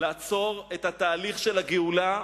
של הגאולה.